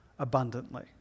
Abundantly